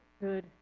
good